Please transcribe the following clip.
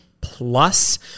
plus